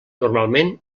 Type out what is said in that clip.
normalment